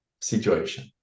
situation